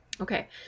Okay